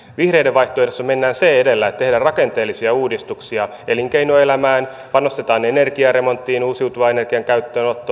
vihreiden vaihtoehdossa mennään se edellä että tehdään rakenteellisia uudistuksia elinkeinoelämään panostetaan energiaremonttiin uusiutuvan energian käyttöönottoon